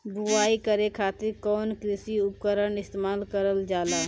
बुआई करे खातिर कउन कृषी उपकरण इस्तेमाल कईल जाला?